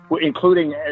including